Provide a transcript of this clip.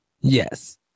Yes